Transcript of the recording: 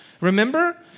remember